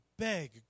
Beg